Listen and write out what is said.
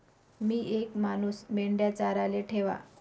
मी येक मानूस मेंढया चाराले ठेवा